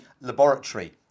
laboratory